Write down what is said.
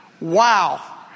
Wow